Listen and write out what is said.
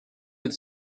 with